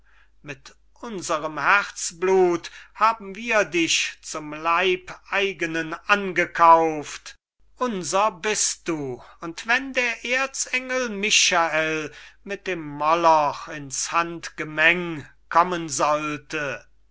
mit unserm herzblut haben wir dich zum leibeigenen angekauft unser bist du und wenn der erzengel michael mit dem moloch ins handgemeng kommen sollte